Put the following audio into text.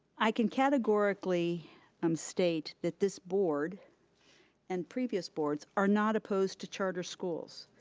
i can categorically um state that this board and previous boards are not opposed to charter schools.